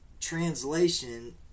translation